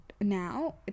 now